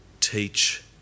teach